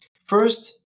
First